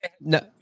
no